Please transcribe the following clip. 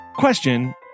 question